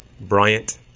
Bryant